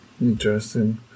interesting